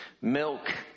milk